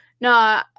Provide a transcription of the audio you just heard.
No